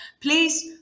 Please